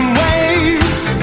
waves